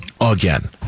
again